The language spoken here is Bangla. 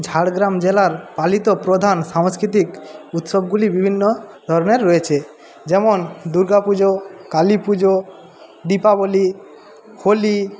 ঝাড়গ্রাম জেলার পালিত প্রধান সাংস্কৃতিক উৎসবগুলি বিভিন্ন ধর্মের রয়েছে যেমন দুর্গা পুজো কালী পুজো দীপাবলী হোলি